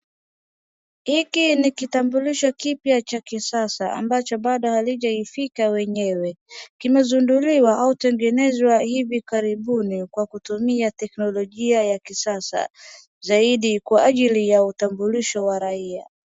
Hiki ni kitambulisho kipya cha kisasa ambacho bado halijaifika wenyewe. Kimezinduliwa au tegenezwa hivi karibuni kwa kutumia teknolojia ya kisasa zaidia kwa ajili ya utambulisho wa raia.